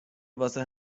واسه